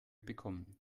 bekommen